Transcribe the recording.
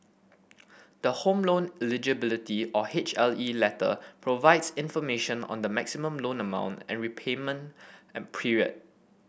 the Home Loan Eligibility or H L E letter provides information on the maximum loan amount and repayment an period